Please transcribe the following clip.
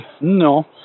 No